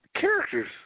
Characters